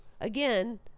again